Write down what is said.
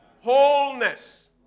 Wholeness